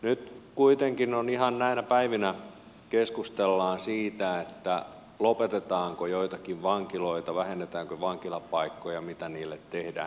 nyt kuitenkin ihan näinä päivinä keskustellaan siitä lopetetaanko joitakin vankiloita vähennetäänkö vankilapaikkoja mitä niille tehdään